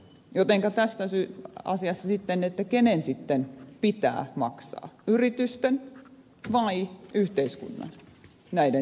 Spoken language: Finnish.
jotenka kenen tässä asiassa sitten pitää maksaa yritysten vai yhteiskunnan näiden tilinpäätöstietojen tekeminen